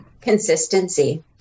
Consistency